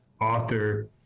author